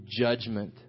judgment